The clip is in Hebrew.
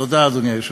תודה, אדוני היושב-ראש.